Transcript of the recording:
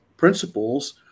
principles